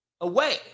away